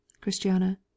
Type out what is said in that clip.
Christiana